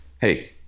hey